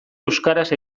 euskaraz